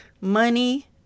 money